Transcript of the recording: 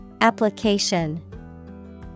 Application